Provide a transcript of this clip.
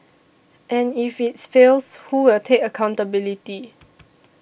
and if its fails who will take accountability